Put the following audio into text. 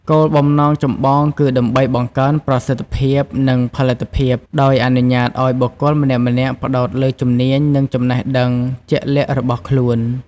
គោលបំណងចម្បងគឺដើម្បីបង្កើន ប្រសិទ្ធភាព និង ផលិតភាព ដោយអនុញ្ញាតឱ្យបុគ្គលម្នាក់ៗផ្តោតលើជំនាញ និងចំណេះដឹងជាក់លាក់របស់ខ្លួន។